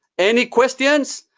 any questions,